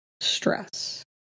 stress